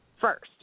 first